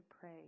pray